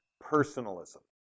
personalism